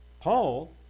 Paul